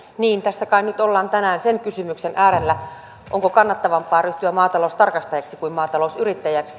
niin tässä kai nyt ollaan tänään sen kysymyksen äärellä onko kannattavampaa ryhtyä maataloustarkastajaksi kuin maatalousyrittäjäksi